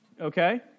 Okay